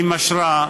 עם אשרה,